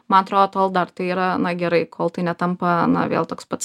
man atro tol dar tai yra na gerai kol tai netampa na vėl toks pats